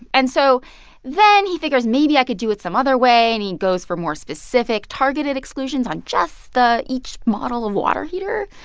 and so then he figures, maybe i could do it some other way, and he goes for more specific, targeted exclusions on just the each model of water heater.